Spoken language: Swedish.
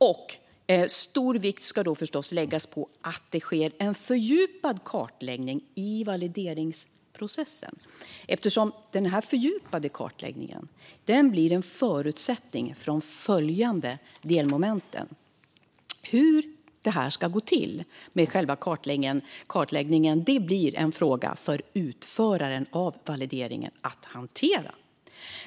Och stor vikt ska förstås läggas vid att det sker en fördjupad kartläggning i valideringsprocessen eftersom denna fördjupade kartläggning blir en förutsättning för de följande delmomenten. Hur kartläggningen ska gå till blir en fråga för utföraren av valideringen att hantera.